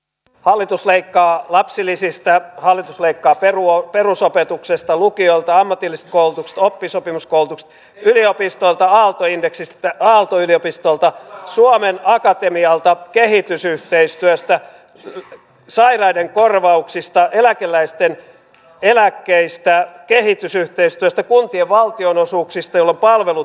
hallitus leikkaa lapsilisistä hallitus leikkaa perusopetuksesta lukioilta ammatillisesta koulutuksesta oppisopimuskoulutuksesta yliopistoilta aalto yliopistolta suomen akatemialta kehitysyhteistyöstä sairaiden korvauksista eläkeläisten eläkkeistä kehitysyhteistyöstä kuntien valtionosuuksista jolloin palvelut huononevat